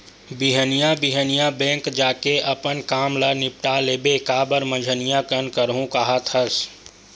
बिहनिया बिहनिया बेंक जाके अपन काम ल निपाट लेबे काबर मंझनिया कन करहूँ काहत हस